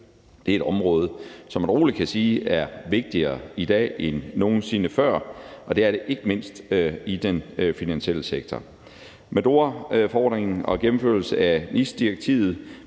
Det er et område, som man rolig kan sige er vigtigere i dag end nogen sinde før, og det er det ikke mindst i den finansielle sektor. Med DORA-forordningen og gennemførelse af NIS-direktivet